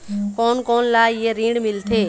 कोन कोन ला ये ऋण मिलथे?